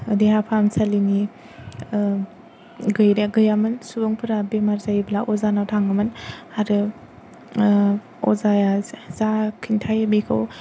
देहा फाहामसालिनि गैरा गैयामोन सुबुंफोरा बेमार जायोब्ला अजानाव थाङोमोन आरो अजाया जा खिन्थायो बेखौ